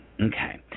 Okay